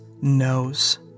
knows